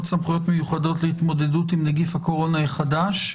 סמכויות מיוחדות להתמודדות עם נגיף הקורונה החדש.